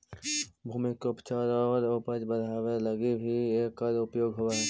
भूमि के उपचार आउ उपज बढ़ावे लगी भी एकर उपयोग होवऽ हई